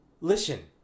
Listen